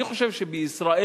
אני חושב שבישראל,